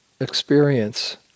experience